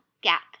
gap